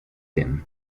him